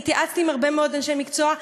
אני התייעצתי עם הרבה מאוד אנשי מקצוע,